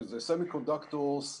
שהם Semi-conductors,